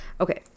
Okay